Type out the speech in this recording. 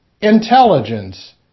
intelligence